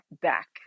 back